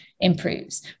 improves